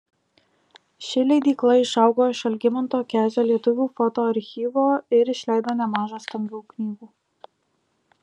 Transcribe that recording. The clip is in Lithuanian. ši leidykla išaugo iš algimanto kezio lietuvių foto archyvo ir išleido nemaža stambių knygų